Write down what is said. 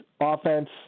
offense